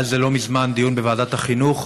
היה על זה לא מזמן דיון בוועדת החינוך,